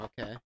Okay